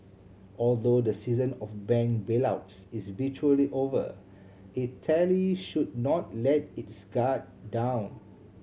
although the season of bank bailouts is virtually over Italy should not let its guard down